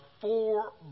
four